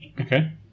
Okay